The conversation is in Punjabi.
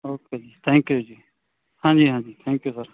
okay ji thank you ji ਹਾਂਜੀ ਹਾਂਜੀ ਥੈਂਕ ਯੂ ਸਰ